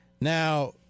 Now